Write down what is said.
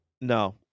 No